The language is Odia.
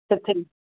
ସେଥିରେ